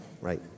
right